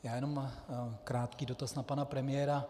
Já jenom krátký dotaz na pana premiéra.